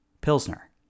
Pilsner